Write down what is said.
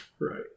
Right